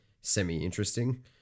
semi-interesting